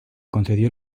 concedió